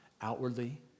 outwardly